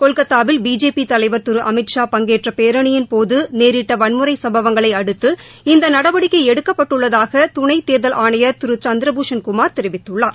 கொல்கத்தாவில் பிஜேபி தலைவர் திரு அமித் ஷா பங்கேற்ற பேரணியின்போது நேரிட்ட வன்முறை சம்பவங்களை அடுத்து இந்த நடவடிக்கை எடுக்கப்பட்டுள்ளதாக துணை தேர்தல் ஆணையர் திரு சந்திர பூஷன் குமார் தெரிவித்துள்ளார்